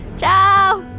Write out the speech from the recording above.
ciao.